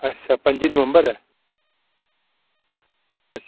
अच्छा पं'जी नवंबर ऐ